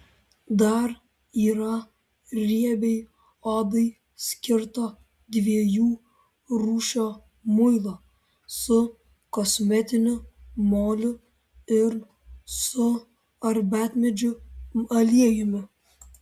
dar yra riebiai odai skirto dviejų rūšių muilo su kosmetiniu moliu ir su arbatmedžių aliejumi